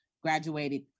Graduated